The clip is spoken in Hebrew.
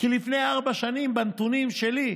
כי לפני ארבע שנים, בנתונים שלי,